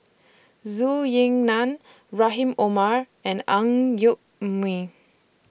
Su Ying NAN Rahim Omar and Ang Yoke Mooi